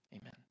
amen